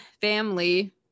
family